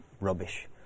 rubbish